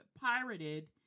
pirated